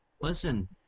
Listen